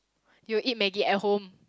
you eat Maggi at home